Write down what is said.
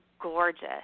gorgeous